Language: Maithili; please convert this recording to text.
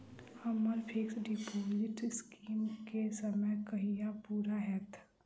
हम्मर फिक्स डिपोजिट स्कीम केँ समय कहिया पूरा हैत?